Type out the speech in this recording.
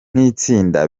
nk’itsinda